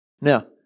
Now